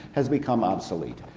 has become obsolete.